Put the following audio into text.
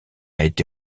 été